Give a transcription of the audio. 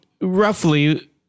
roughly